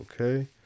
okay